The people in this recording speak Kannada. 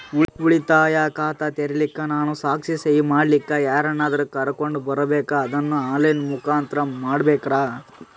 ಉಳಿತಾಯ ಖಾತ ತೆರಿಲಿಕ್ಕಾ ನಾನು ಸಾಕ್ಷಿ, ಸಹಿ ಮಾಡಲಿಕ್ಕ ಯಾರನ್ನಾದರೂ ಕರೋಕೊಂಡ್ ಬರಬೇಕಾ ಅದನ್ನು ಆನ್ ಲೈನ್ ಮುಖಾಂತ್ರ ಮಾಡಬೇಕ್ರಾ?